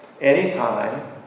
anytime